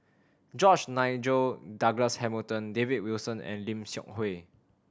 George Nigel Douglas Hamilton David Wilson and Lim Seok Hui